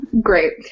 Great